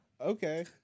Okay